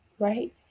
right